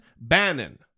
bannon